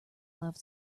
love